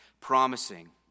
promising